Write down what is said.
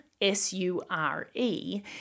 s-u-r-e